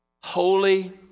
holy